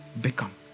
become